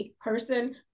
person